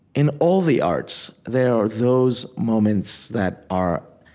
in all the arts, there are those moments that are